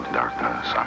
darkness